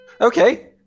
Okay